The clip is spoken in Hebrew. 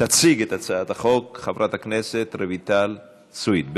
להוסיף את חברת הכנסת עאידה תומא סלימאן, בעד,